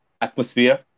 atmosphere